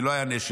כי לא היה נשק.